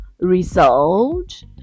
Result